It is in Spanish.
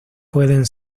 pueden